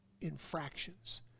infractions